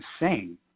insane